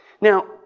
Now